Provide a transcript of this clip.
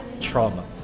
trauma